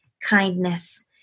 kindness